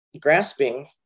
grasping